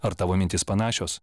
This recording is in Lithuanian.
ar tavo mintys panašios